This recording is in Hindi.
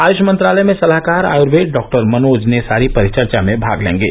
आयुष मंत्रालय में सलाहकार आयूर्वेद डॉ मनोज नेसारी परिचर्चा में भाग लेंगे